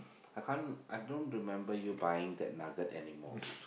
I can't I don't remember you buying that nugget anymore